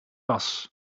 was